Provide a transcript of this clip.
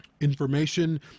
information